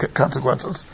consequences